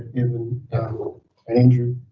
evan and andrew,